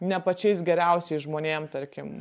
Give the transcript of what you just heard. ne pačiais geriausiais žmonėm tarkim